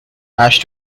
hash